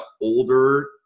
older